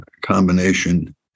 combination